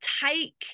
take